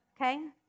Okay